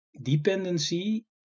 dependency